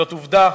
זאת עובדה,